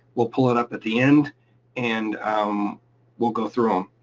we'll pull it up at the end and um we'll go through um